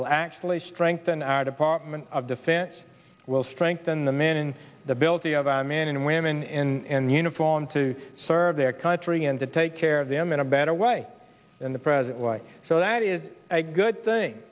will actually strengthen our department of defense will strengthen the men in the build the of our men and women in uniform to serve their country and to take care of them in a better way than the present way so that is a good thing